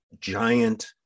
giant